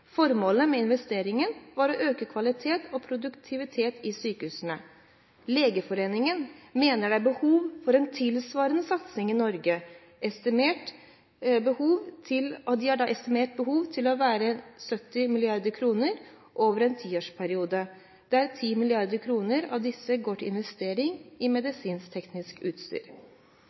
Formålet med investeringen var å øke kvalitet og produktivitet i sykehusene. Legeforeningen mener det er behov for en tilsvarende satsing i Norge, og de har estimert behovet til å være 70 mrd. kr over en tiårsperiode, der 10 mrd. kr av disse går til investering i medisinsk-teknisk utstyr.